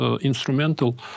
instrumental